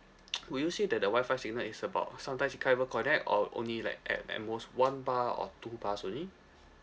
would you say that the wifi signal is about sometimes it can't connect or only like at at most one bar or two bars only